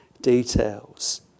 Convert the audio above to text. details